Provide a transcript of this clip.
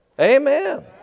Amen